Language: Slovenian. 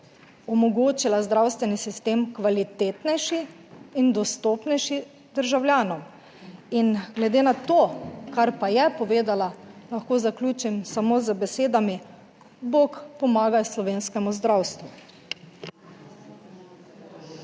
omogočila zdravstveni sistem kvalitetnejši in dostopnejši državljanom. In glede na to, kar pa je povedala, lahko zaključim samo z besedami: bog pomagaj slovenskemu zdravstvu.